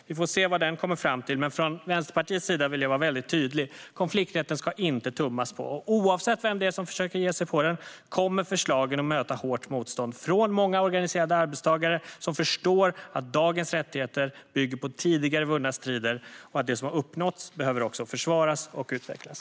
Vi får se vad den kommer fram till. Från Vänsterpartiets sida vill jag vara mycket tydlig: Det ska inte tummas på konflikträtten. Oavsett vem som försöker ge sig på den kommer förslagen att möta hårt motstånd från många organiserade arbetstagare som förstår att dagens rättigheter bygger på tidigare vunna strider och att det som har uppnåtts också behöver försvaras och utvecklas.